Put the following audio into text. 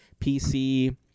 PC